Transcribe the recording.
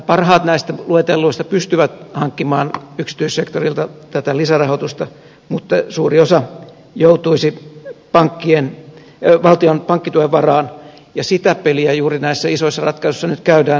parhaat näistä luetelluista pystyvät hankkimaan yksityissektorilta tätä lisärahoitusta mutta suuri osa joutuisi valtion pankkituen varaan ja sitä peliä juuri näissä isoissa ratkaisuissa nyt käydään